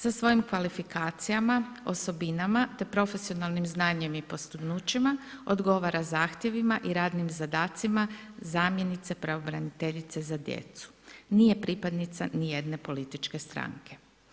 Sa svojim kvalifikacijama, osobinama te profesionalnim znanjem i postignućima odgovara zahtjevima i radnim zadacima zamjenice pravobraniteljice za djecu, nije pripadnica nijedne političke stranke.